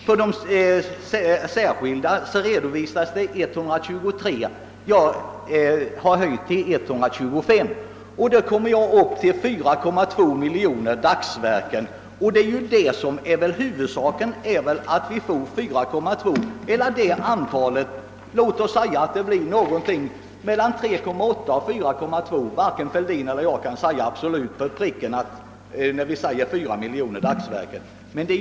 För särskilda beredskapsarbeten redovisas 123 kronor, och det beloppet har jag höjt till 125 kronor. Därmed kommer jag upp till 4,2 miljoner dagsverken. Huvudsaken är väl att vi får omkring 4 miljoner dagsverken — låt oss säga att antalet ligger någonstans mellan 3,8 och 4,2 miljoner; varken herr Fälldin eller jag kan påstå att det skall bli absolut på pricken när vi föreslår 4 miljoner dagsverken.